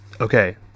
okay